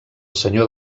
senyor